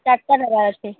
ଚାର୍ଟା ନବାର ଅଛି